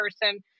person